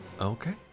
okay